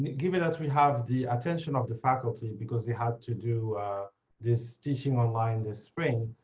given that we have the attention of the faculty because they had to do this teaching online this spring.